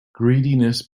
greediness